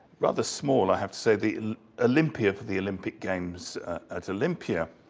rather small i have to say, the olympia for the olympic games at olympia.